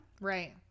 Right